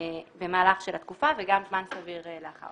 במהלך התקופה וגם זמן סביר לאחר